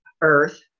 Earth